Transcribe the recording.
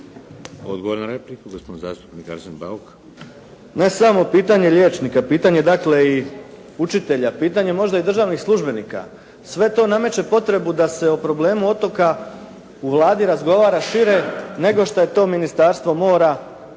Odgovor na repliku, gospodin zastupnik Arsen Bauk. **Bauk, Arsen (SDP)** Ne samo pitanje liječnika, pitanje dakle i učitelja, pitanje možda i državnih službenika. Sve to nameće potrebu da se o problemu otoka u Vladi razgovara šire nego što je to Ministarstvo mora,